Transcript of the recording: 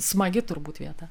smagi turbūt vieta